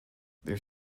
there